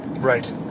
right